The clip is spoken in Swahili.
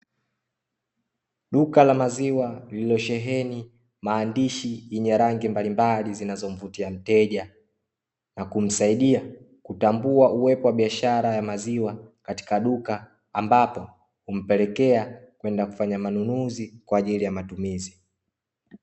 Duka la maziwa lilosheheni maandishi ya rangi mbalimbali zinazomvutia mteja na kusaidia kutambua uwepo bishara ya maziwa katika duka, ambapo humpelekea kwenda kufanya manunuzi kwaajili ya matumizi .